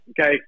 okay